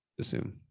assume